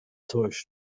täuscht